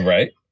Right